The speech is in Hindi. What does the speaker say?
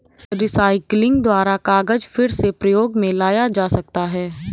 रीसाइक्लिंग द्वारा कागज फिर से प्रयोग मे लाया जा सकता है